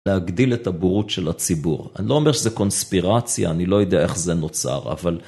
להגדיל את הבורות של הציבור. אני לא אומר שזה קונספירציה, אני לא יודע איך זה נוצר, אבל...